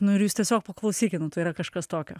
nu ir jūs tiesiog paklausykit nu tai yra kažkas tokio